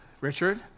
Richard